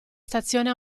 stazione